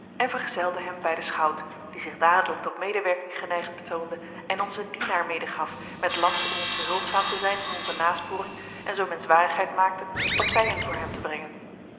en vergezelde hem bij den schout die zich dadelijk tot medewerking geneigd betoonde en ons een dienaar medegaf met last om ons behulpzaam te zijn in onze nasporing en zoo men zwarigheid maakte partijen voor hem te brengen